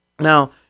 Now